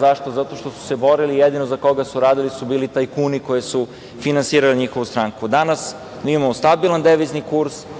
Zašto? Zato što su se borili i jedino za koga su radili su bili tajkuni koji su finansirali njihovu stranku. Danas mi imamo stabilan devizni kurs.